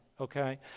okay